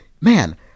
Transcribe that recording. man